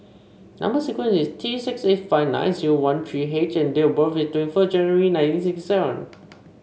number sequence is T six eight five nine zero one three H and date of birth is twenty first January nineteen sixty seven